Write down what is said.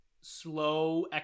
slow